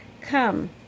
come